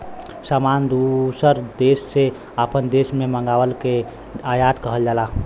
सामान दूसर देस से आपन देश मे मंगाए के आयात कहल जाला